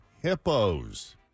hippos